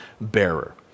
bearer